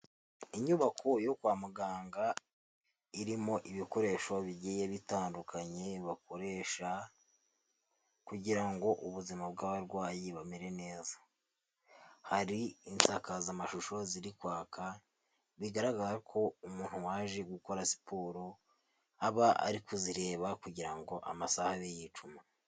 Inyubako yo kwa muganga irimo ibikoresho bigiye bitandukanye bakoresha kugira ngo ubuzima bw'abarwayi bamere neza. Hari insakazamashusho ziri kwaka, bigaragara ko umuntu waje gukora siporo aba ari kuzireba kugira ngo amasaha abe yicuma.